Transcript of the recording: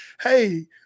hey